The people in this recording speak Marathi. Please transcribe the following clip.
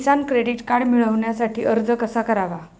किसान क्रेडिट कार्ड मिळवण्यासाठी अर्ज कसा करावा?